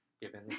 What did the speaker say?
given